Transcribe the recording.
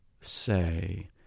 say